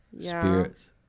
Spirits